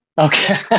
okay